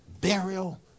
burial